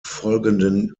folgenden